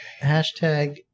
Hashtag